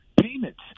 payments